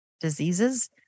diseases